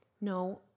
No